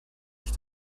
ich